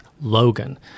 Logan